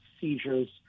seizures